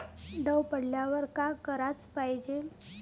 दव पडल्यावर का कराच पायजे?